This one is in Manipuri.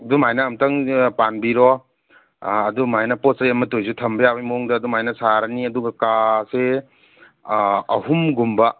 ꯑꯗꯨꯃꯥꯏꯅ ꯑꯝꯇꯪ ꯄꯥꯟꯕꯤꯔꯣ ꯑꯗꯨꯃꯥꯏꯅ ꯄꯣꯠ ꯆꯩ ꯑꯃꯇ ꯑꯣꯏꯖꯨ ꯊꯝꯕ ꯌꯥꯕꯩ ꯃꯋꯣꯡꯗ ꯑꯗꯨꯃꯥꯏꯅ ꯁꯥꯔꯅꯤ ꯑꯗꯨꯒ ꯀꯥꯁꯦ ꯑꯍꯨꯝꯒꯨꯝꯕ